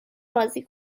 بازی